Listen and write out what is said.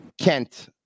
Kent